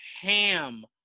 ham